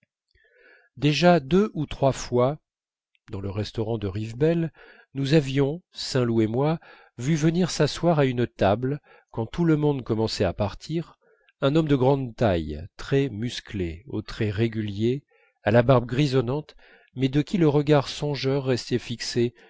déjà deux ou trois fois dans le restaurant de rivebelle nous avions saint loup et moi vu venir s'asseoir à une table quand tout le monde commençait à partir un homme de grande taille très musclé aux traits réguliers à la barbe grisonnante mais de qui le regard songeur restait fixé